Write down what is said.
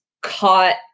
caught